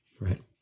right